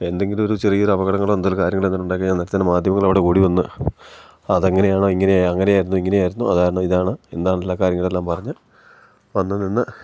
എന്തെങ്കിലും ഒരു ചെറിയ ഒരു അപകടങ്ങളോ എന്തെങ്കിലും ഒരു കാര്യങ്ങൾ എന്തെങ്കിലും ഉണ്ടായി കഴിഞ്ഞാൽ അന്നേരത്തേന് മാധ്യമങ്ങൾ അവിടെ ഓടി വന്നു അത് അങ്ങനെയാണോ ഇങ്ങനെയാണോ അങ്ങനെ ആയിരുന്നു ഇങ്ങനെ ആയിരുന്നു അതാണ് ഇതാണ് എന്താണ് എല്ലാ കാര്യങ്ങളെല്ലാം പറഞ്ഞു വന്നു നിന്ന്